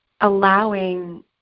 allowing